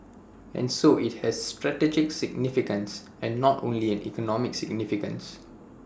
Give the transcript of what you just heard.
and so IT has strategic significance and not only an economic significance